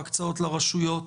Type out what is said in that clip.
ההקצאות לרשויות